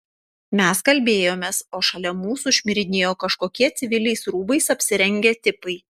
mes kalbėjomės o šalia mūsų šmirinėjo kažkokie civiliais rūbais apsirengę tipai